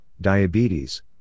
diabetes